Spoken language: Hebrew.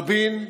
רבין,